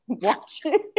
Watching